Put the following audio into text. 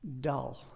dull